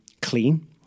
clean